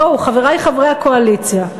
בואו, חברי חברי הקואליציה,